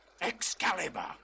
excalibur